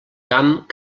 camp